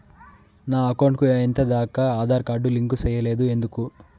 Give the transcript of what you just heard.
నా అకౌంట్ కు ఎంత దాకా ఆధార్ కార్డు లింకు సేయలేదు ఎందుకు